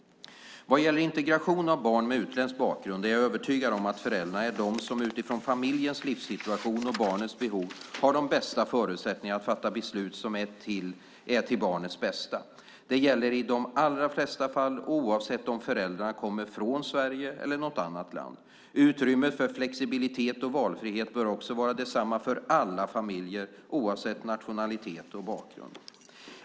Vad gäller integration av barn med utländsk bakgrund är jag övertygad om att föräldrarna är de som, utifrån familjens livssituation och barnets behov, har de bästa förutsättningarna att fatta beslut som är till barnets bästa. Detta gäller i de allra flesta fall, och oavsett om föräldrarna kommer från Sverige eller från något annat land. Utrymmet för flexibilitet och valfrihet bör också vara detsamma för alla familjer, oavsett nationalitet och bakgrund.